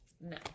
no